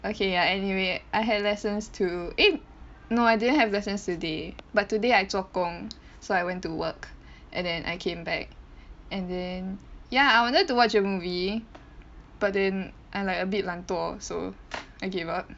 okay ya anyway I have lessons too eh no I didn't have lessons today but today I 做工 so I went to work and then I came back and then ya I wanted to watch a movie but then I'm like a bit 懒惰 so I gave up